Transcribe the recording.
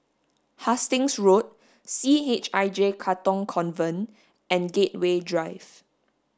Hastings Road C H I J Katong Convent and Gateway Drive